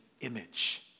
image